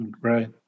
Right